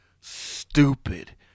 stupid